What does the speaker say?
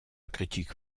critique